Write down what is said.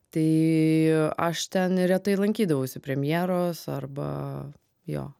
tai aš ten retai lankydavausi premjeros arba jo